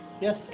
Yes